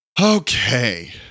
Okay